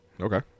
Okay